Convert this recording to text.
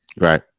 Right